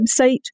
website